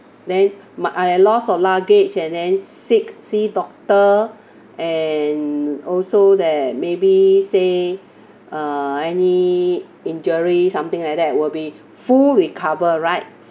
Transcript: then my I loss of luggage and then sick see doctor and also there maybe say uh any injury something like that will be full recover right